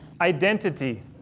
identity